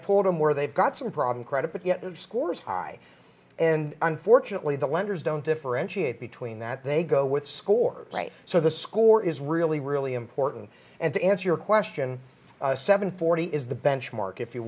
pull them where they've got some problem credit but yet they have scores high and unfortunately the lenders don't differentiate between that they go with score play so the score is really really important and to answer your question seven forty is the benchmark if you